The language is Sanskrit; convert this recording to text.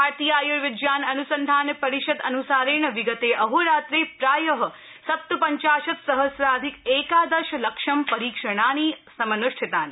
भारतीय आयुर्विज्ञान अनुसंधान परिषद अनुसारेण विगते अहोरात्रे प्राय सप्तपञ्चाशत् सहस्राधिक एकादश लक्षं परीक्षणानि समनुष्ठितानि